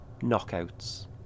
knockouts